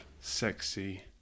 sexy